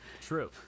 True